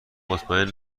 مطمئن